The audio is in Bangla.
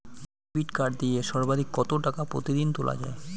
ডেবিট কার্ড দিয়ে সর্বাধিক কত টাকা প্রতিদিন তোলা য়ায়?